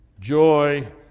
joy